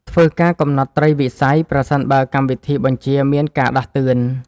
ធ្វើការកំណត់ត្រីវិស័យ ប្រសិនបើកម្មវិធីបញ្ជាមានការដាស់តឿន។